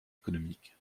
économique